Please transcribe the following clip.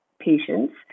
patients